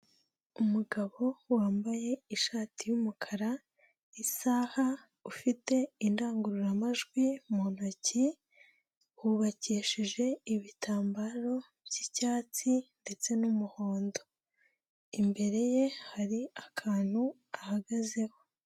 Umugabo wambaye ishati y'umukara, isaha ufite indangururamajwi mu ntoki, hubakishije ibitambaro by'icyatsi ndetse n'umuhondo, imbere ye hari akantu ahagazeho.